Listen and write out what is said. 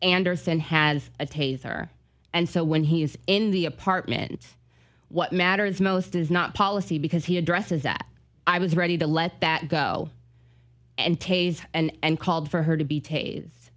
anderson has a taser and so when he is in the apartment what matters most is not policy because he addresses that i was ready to let that go and tase and called for her to be tas